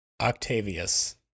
Octavius